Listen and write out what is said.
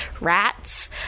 rats